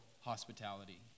hospitality